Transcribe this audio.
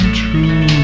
true